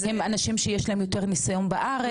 עם אנשים שיש להם יותר ניסיון בארץ, מה?